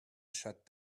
shut